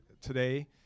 today